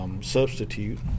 Substitute